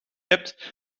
hebt